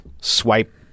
swipe